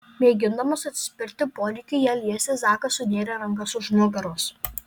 mėgindamas atsispirti poreikiui ją liesti zakas sunėrė rankas už nugaros